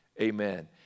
amen